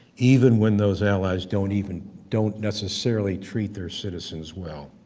even when those allies don't even don't necessarily treat their citizens well.